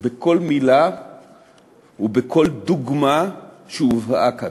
בכל מילה ובכל דוגמה שהובאה כאן.